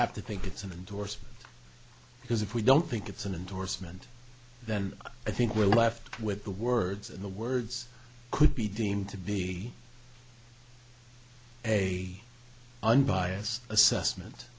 have to think it's an endorsement because if we don't think it's an endorsement then i think we're left with the words and the words could be deemed to be a unbiased assessment